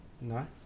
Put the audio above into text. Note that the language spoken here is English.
No